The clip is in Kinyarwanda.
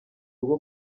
rwo